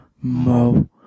Mo